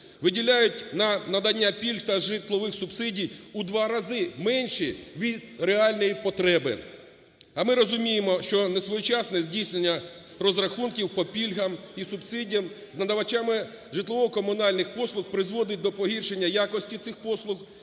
виділяють на надання пільг та житлових субсидій в два рази менші від реальної потреби. А ми розуміємо, що несвоєчасне здійснення розрахунків по пільгам і субсидій з надавачами житлово-комунальних послуг призводить до погіршення якості цих послуг,